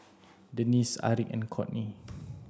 Denisse Aric and Kourtney